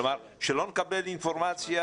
כלומר שלא נקבל אינפורמציה,